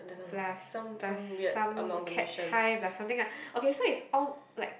plus plus some Cat High plus something ah okay so is all like